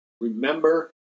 Remember